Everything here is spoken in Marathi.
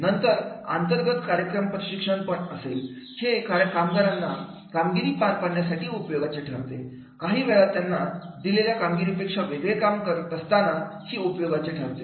यानंतर अंतर्गत कार्यात्मक प्रशिक्षण पण असेल हे कामगारांना कामगिरी पार पाडण्यासाठी उपयोगाचे ठरते काहीवेळा त्यांना दिलेल्या कामगिरीपेक्षा वेगळे काम करत असताना ही उपयोगाचे असते